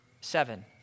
seven